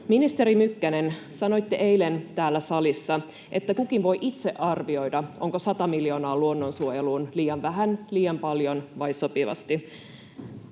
Ministeri Mykkänen, sanoitte eilen täällä salissa, että kukin voi itse arvioida, onko sata miljoonaa luonnonsuojeluun liian vähän, liian paljon vai sopivasti.